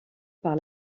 par